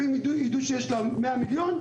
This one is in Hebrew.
ואם ידעו שיש להם מאה מיליון,